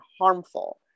harmful